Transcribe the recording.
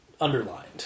Underlined